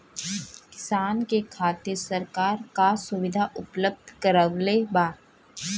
किसान के खातिर सरकार का सुविधा उपलब्ध करवले बा?